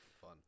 Fun